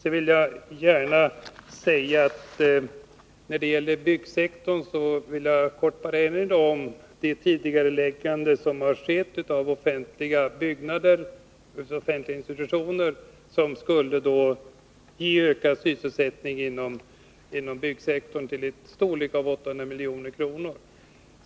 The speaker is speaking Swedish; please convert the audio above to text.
När det gäller byggsektorn vill jag helt kort erinra om de tidigarelägganden av arbeten som skett i fråga om offentliga institutioner, något som skulle ge ökad sysselsättning inom byggsektorn till ett belopp i storleksordningen 800 milj.kr.